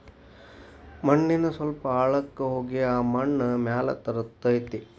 ಮಣ್ಣಿನ ಸ್ವಲ್ಪ ಆಳಕ್ಕ ಹೋಗಿ ಆ ಮಣ್ಣ ಮ್ಯಾಲ ತರತತಿ